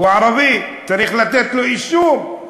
הוא ערבי, צריך לתת לו אישור.